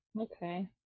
Okay